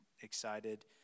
excited